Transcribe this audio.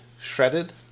shredded